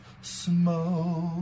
smoke